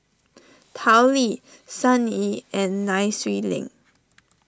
Tao Li Sun Yee and Nai Swee Leng